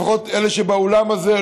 לפחות אלה שבאולם הזה,